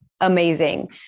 amazing